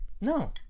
No